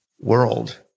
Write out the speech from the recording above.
world